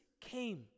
came